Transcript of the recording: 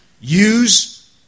use